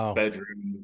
bedroom